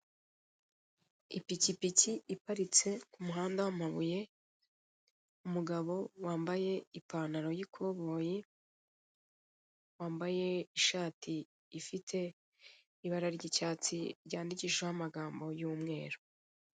Ipikipiki iparitse ku muhanda w'amabuye, umugabo wambaye ipantaro y'ikoboyi, wambaye ishati ifite ibara ry'icyatsi, ryandikishijweho amagambo y'umweru.